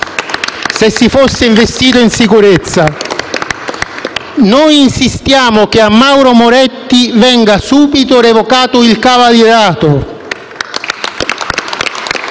si fosse investito in sicurezza. Noi insistiamo che a Mauro Moretti venga subito revocato il cavalierato.